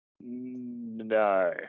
no